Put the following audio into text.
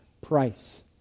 price